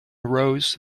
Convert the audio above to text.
rows